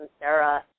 Sarah